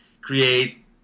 create